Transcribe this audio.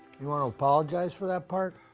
you want to apologize for that part?